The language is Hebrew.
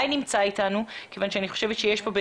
נמצא אתנו חגי ברוש?